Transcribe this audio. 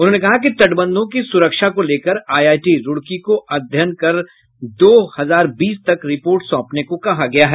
उन्होंने कहा कि तटबंधों की सुरक्षा को लेकर आईआईटी रूड़की को अध्ययन कर दो हजार बीस तक रिपोर्ट सौंपने को कहा गया है